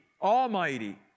almighty